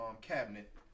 cabinet